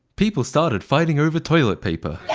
people started fighting over toilet paper.